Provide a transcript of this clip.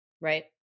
Right